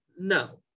No